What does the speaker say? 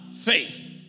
faith